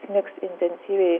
snigs intensyviai